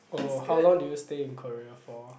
oh how long did you stay in Korea for